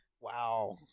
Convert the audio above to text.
Wow